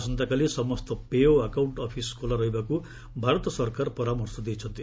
ଆସନ୍ତାକାଲି ସମସ୍ତ ପେ ଓ ଆକାଉଣ୍ଟ ଅଫିସ୍ ଖୋଲା ରହିବାକୁ ଭାରତ ସରକାର ପରାମର୍ଶ ଦେଇଛନ୍ତି